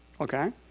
Okay